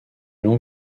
long